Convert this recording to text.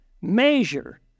Measure